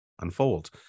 unfold